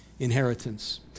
Inheritance